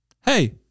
hey